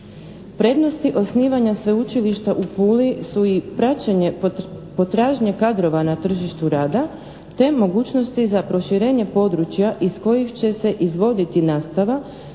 Prednosti osnivanja Sveučilišta u Puli su i praćenje potražnje kadrova na tržištu rada, te mogućnosti za proširenje područja iz kojih će se izvoditi nastava